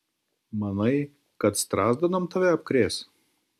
manai kad strazdanom tave apkrės